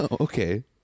Okay